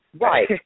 Right